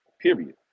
period